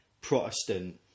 Protestant